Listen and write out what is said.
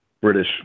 British